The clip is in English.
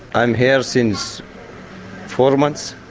i am here since four months,